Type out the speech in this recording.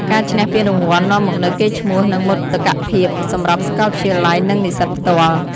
ការឈ្នះពានរង្វាន់នាំមកនូវកេរ្តិ៍ឈ្មោះ និងមោទកភាពសម្រាប់សាកលវិទ្យាល័យ និងនិស្សិតផ្ទាល់។